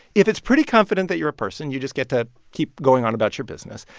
if it's pretty confident that you're a person, you just get to keep going on about your business.